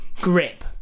grip